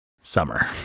summer